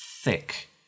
thick